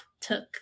took